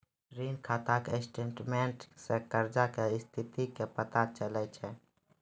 ऋण खाता के स्टेटमेंटो से कर्जा के स्थिति के पता चलै छै